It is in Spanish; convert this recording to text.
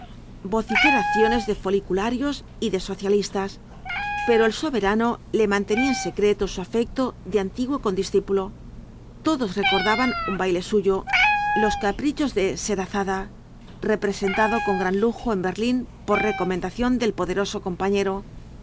vociferaciones de folicularios y de socialistas pero el soberano le mantenía en secreto su afecto de antiguo condiscípulo todos recordaban un baile suyo los caprichos de slierazada representado con gran lujo en berlín por recomendación del poderoso compañero